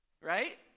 right